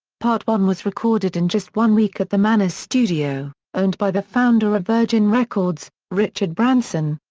part one was recorded in just one week at the manor studio, owned by the founder of virgin records, richard branson.